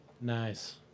nice